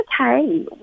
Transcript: okay